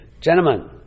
Gentlemen